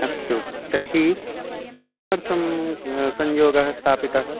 अस्तु तर्हि किमर्थं संयोगः स्थापितः